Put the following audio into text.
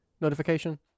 notification